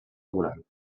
moral